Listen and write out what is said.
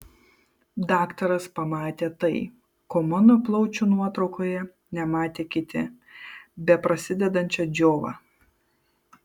daktaras pamatė tai ko mano plaučių nuotraukoje nematė kiti beprasidedančią džiovą